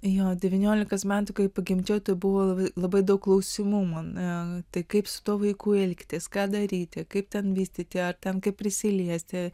jo devyniolikos metų kai pagimdžiau tai buvo labai daug klausimų man tai kaip su tuo vaiku elgtis ką daryti kaip ten vystyti ar ten kaip prisiliesti